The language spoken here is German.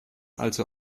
also